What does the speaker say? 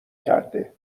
کرده